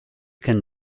can